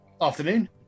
afternoon